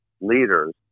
leaders